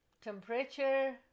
temperature